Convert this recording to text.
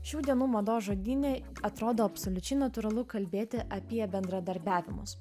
šių dienų mados žodyne atrodo absoliučiai natūralu kalbėti apie bendradarbiavimus